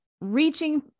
reaching